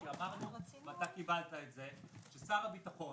כי אמרנו ואתה קיבלת את זה שאם שר הביטחון